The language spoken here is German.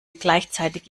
gleichzeitig